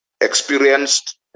experienced